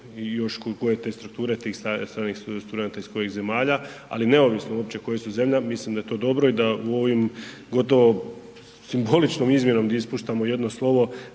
još koje te strukture tih stranih studenata iz kojih zemalja, ali neovisno uopće koje su zemlje, mislim da je to dobro i da u ovim gotovo simboličnom izmjenom ispuštamo jedno slovo